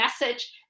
message